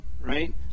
right